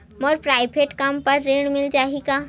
मोर private कम बर ऋण मिल जाही का?